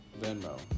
Venmo